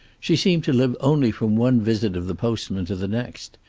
she seemed to live only from one visit of the postman to the next.